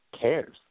cares